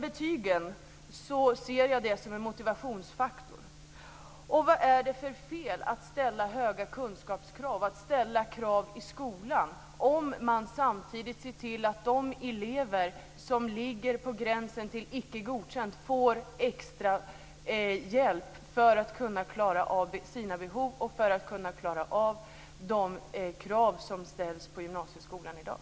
Betygen ser jag som en motivationsfaktor. Vad är det för fel att ställa höga kunskapskrav i skolan, om man samtidigt ser till att de elever som ligger på gränsen till Icke godkänd får extra hjälp för att klara sina behov och de krav som ställs i gymnasieskolan i dag?